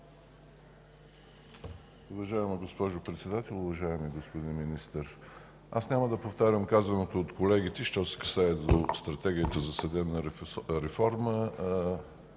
Уважаема госпожо Председател, уважаеми господин Министър! Аз няма да повтарям казаното от колегите, що се касае до Стратегията за съдебна реформа